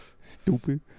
Stupid